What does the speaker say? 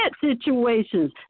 situations